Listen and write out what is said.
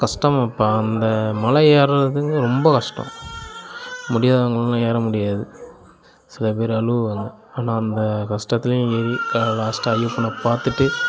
கஷ்டம் இப்போ அந்த மலை ஏறுகிறதுங்க ரொம்ப கஷ்டம் முடியாதவங்கள்லாம் ஏற முடியாது சில பேர் அழுவாங்க ஆனா அந்த கஷ்டத்துலையும் ஏறி தா லாஸ்ட்டாக ஐயப்பனை பார்த்துட்டு